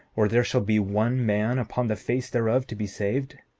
or there shall be one man upon the face thereof to be saved?